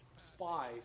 Spies